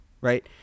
right